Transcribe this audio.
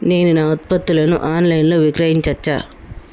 నేను నా ఉత్పత్తులను ఆన్ లైన్ లో విక్రయించచ్చా?